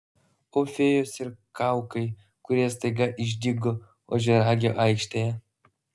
o fėjos ir kaukai kurie staiga išdygo ožiaragio aikštėje